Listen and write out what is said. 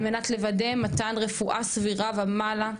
על מנת לוודא מתן רפואה סבירה ומעלה,